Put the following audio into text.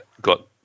got